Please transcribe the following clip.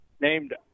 named